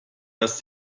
das